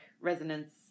Resonance